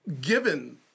given